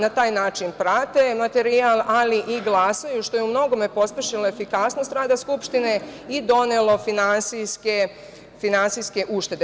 Na taj način prate materijal, ali i glasaju, što je u mnogome pospešilo efikasnost rada Skupštine i donelo finansijske uštede.